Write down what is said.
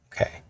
Okay